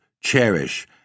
cherish